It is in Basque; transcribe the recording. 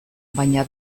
baina